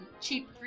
cheap